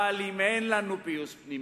אבל אם אין לנו פיוס פנימי,